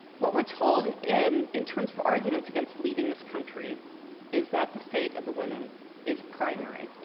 what we're told in in terms of arguments against leaving this country is that the fate of the women is primary.